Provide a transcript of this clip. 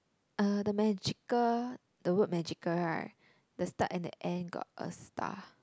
uh the magical the word magical right the start and the end got a star